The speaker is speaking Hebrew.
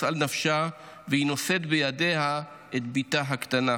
על נפשה והיא נושאת בידיה את בתה הקטנה.